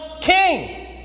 king